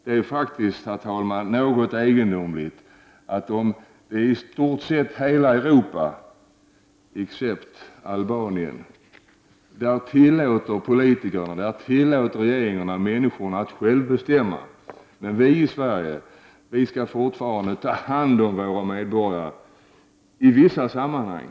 Det är faktiskt något egendomligt, herr talman, att i stort sett hela Europa förutom i Albanien tillåter politiker och regeringarna människor att själva bestämma, men i Sverige skall vi fortfarande ”ta hand om” våra medborgare i vissa sammanhang.